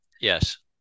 yes